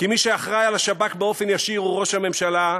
כי מי שאחראי לשב"כ באופן ישיר הוא ראש הממשלה,